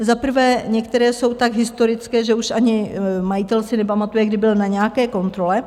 Za prvé, některé jsou tak historické, že už ani majitel si nepamatuje, kdy byl na nějaké kontrole.